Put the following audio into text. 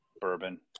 bourbon